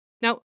Now